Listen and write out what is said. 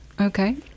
Okay